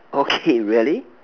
okay really